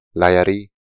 layari